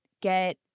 get